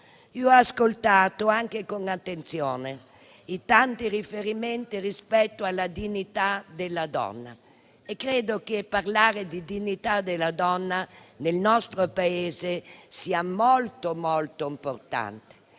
Ho ascoltato con attenzione i tanti riferimenti rispetto alla dignità della donna. Credo che parlare di dignità della donna nel nostro Paese sia molto, molto importante,